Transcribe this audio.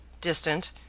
distant